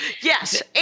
Yes